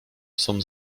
psom